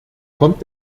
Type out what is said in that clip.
kommt